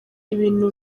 ibintu